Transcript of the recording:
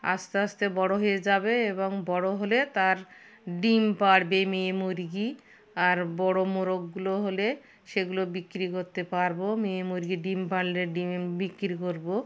আস্তে আস্তে বড় হয়ে যাবে এবং বড় হলে তার ডিম পাড়বে মেয়ে মুরগি আর বড় মোরগগুলো হলে সেগুলো বিক্রি করতে পারব মেয়ে মুরগি ডিম পাড়লে ডিম বিক্রি করব